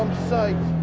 psyched.